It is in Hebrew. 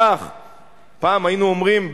פעם היינו אומרים,